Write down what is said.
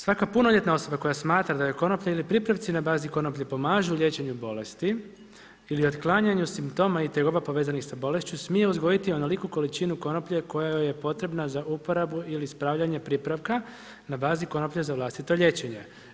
Svaka punoljetna osoba koja smatra da bi konoplja ili pripravci na bazi konoplje pomažu u liječenju bolesti ili otklanjanju simptoma i tegoba povezanih sa bolešću smije uzgojiti onoliku količinu konoplje koja joj je potrebna za uporabu ili spravljanje pripravka na bazi konoplje za vlastito liječenje.